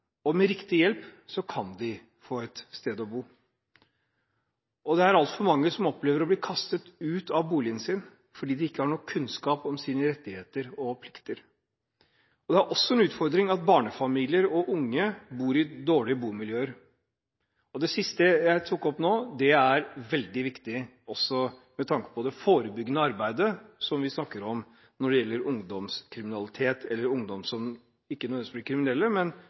og med riktig hjelp kan de få det. Det er altfor mange som opplever å bli kastet ut av boligen sin fordi de ikke har nok kunnskap om sine rettigheter og plikter. Det er også en utfordring at barnefamilier og unge bor i dårlige bomiljøer. Det siste jeg tok opp nå, er veldig viktig også med tanke på det forebyggende arbeidet som vi snakker om når det gjelder ungdomskriminalitet, eller ungdom som ikke nødvendigvis blir kriminelle,